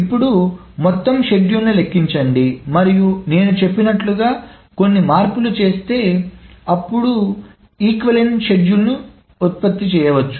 ఇప్పుడు మొత్తం షెడ్యూల్ను లెక్కించండి మరియు నేను చెప్పినట్లుగా కొన్ని మార్పులు చేస్తే అప్పుడు సమానమైన షెడ్యూల్ను ఉత్పత్తి చేయవచ్చు